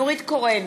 נורית קורן,